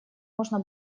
можно